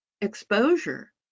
exposure